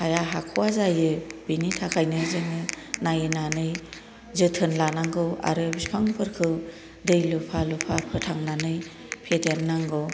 हाया हाख'या जायो बेनि थाखायनो जोङो नायनानै जोथोन लानांगौ आरो बिफां फोरखौ दै लुफा लुफा फोथांनानै फेदेरनांगौ